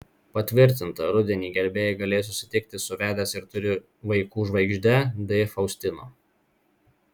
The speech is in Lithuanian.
patvirtinta rudenį gerbėjai galės susitikti su vedęs ir turi vaikų žvaigžde d faustino